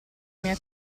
mia